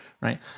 right